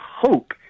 hope